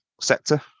sector